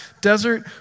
desert